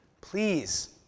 Please